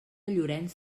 llorenç